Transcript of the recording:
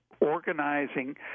organizing